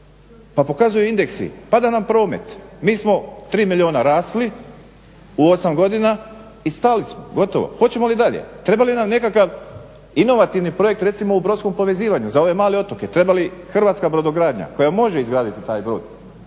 pa pokazuju indeksi, pada nam promet. Mi smo tri milijuna rasli u osam godina i stali smo, gotovo hoćemo li dalje. treba li nam nekakav inovativni projekt recimo u brodskom povezivanju za ove male otoke. Treba li Hrvatska brodogradnja koja može izgraditi taj brod